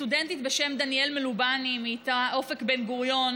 סטודנטית בשם דניאל מלובני מתא אופק בבן-גוריון